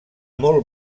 molt